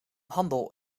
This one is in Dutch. handel